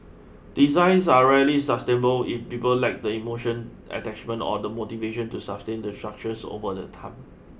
designs are rarely sustainable if people lack the emotional attachment or the motivation to sustain the structures over the time